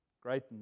Great